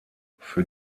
für